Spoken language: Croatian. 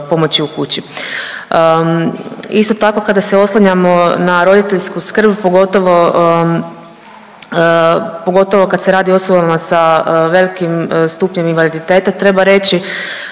Isto tako kada se oslanjamo na roditeljsku skrb, pogotovo, pogotovo kad se radi o osobama sa velikim stupnjem invaliditeta treba reći